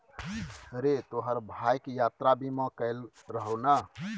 रे तोहर भायक यात्रा बीमा कएल रहौ ने?